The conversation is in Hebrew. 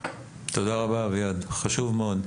תודה רבה אביעד, חשוב מאוד.